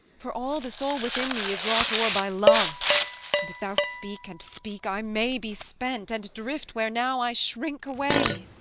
for all the soul within me is wrought o'er by love and if thou speak and speak, i may be spent, and drift where now i shrink away.